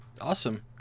Awesome